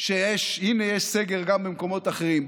שהינה יש סגר גם במקומות אחרים.